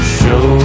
show